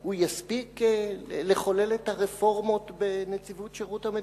הוא יספיק לחולל את הרפורמות בנציבות שירות המדינה?